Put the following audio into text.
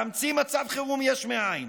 להמציא מצב חירום יש מאין,